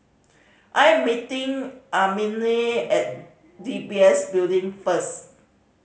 I am meeting Annamae at D B S Building first